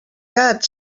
gat